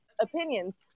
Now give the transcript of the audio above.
opinions